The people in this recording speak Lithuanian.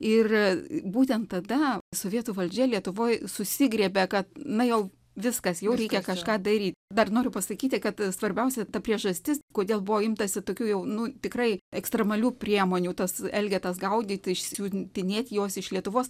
ir būtent tada sovietų valdžia lietuvoj susigriebė kad na jau viskas jau reikia kažką daryti dar noriu pasakyti kad svarbiausia ta priežastis kodėl buvo imtasi tokių jau nu tikrai ekstremalių priemonių tas elgetas gaudyti išsiuntinėti juos iš lietuvos